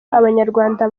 abanyarwanda